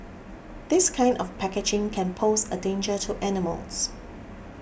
this kind of packaging can pose a danger to animals